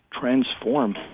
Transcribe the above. transform